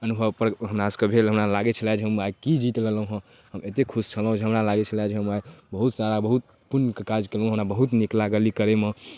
अनुभव हमरासभके भेल हमरासभके लागै छलै जे की जीति लेलहुँ हेँ हम एतेक खुश छलहुँ जे हमरा लागै छलै जे हम आइ बहुत सारा बहुत पुण्यके काज केलहुँ हमरा बहुत नीक लागल ई करैमे